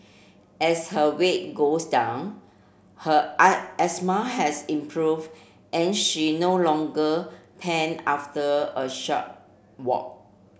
as her weight goes down her asthma has improve and she no longer pant after a short walk